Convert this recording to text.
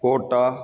Kota